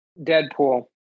Deadpool